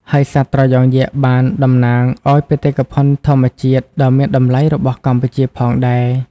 ហើយសត្វត្រយងយក្សបានតំណាងឲ្យបេតិកភណ្ឌធម្មជាតិដ៏មានតម្លៃរបស់កម្ពុជាផងដែរ។